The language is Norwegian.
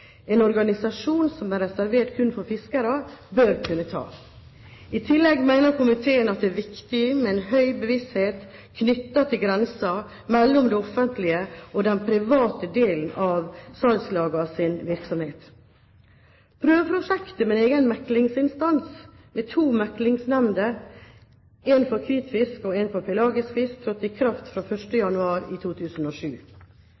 en organisasjon som er reservert kun for fiskere, bør kunne ha. I tillegg mener komiteen at det er viktig med en høy bevissthet knyttet til grensen mellom den offentlige og den private delen av salgslagenes virksomhet. Prøveprosjektet med en egen meklingsinstans med to meklingsnemnder – en for hvitfisk og en for pelagisk fisk – trådte i kraft fra